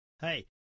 Hey